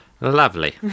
Lovely